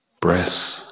breath